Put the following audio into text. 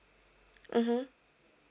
mmhmm